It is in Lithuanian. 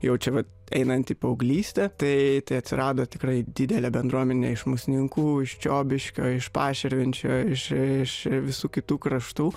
jau čia vat einant į paauglystę tai tai atsirado tikrai didelė bendruomenė iš musninkų ir čiobiškio iš paširvinčio iš iš visų kitų kraštų